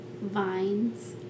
Vines